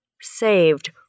Saved